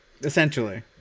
Essentially